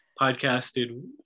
Podcasted